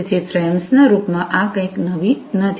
તેથી ફ્રેમ્સના રૂપમાં આ કંઈ નવી નથી